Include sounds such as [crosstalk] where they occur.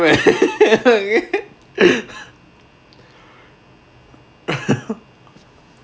[laughs]